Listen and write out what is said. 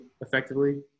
effectively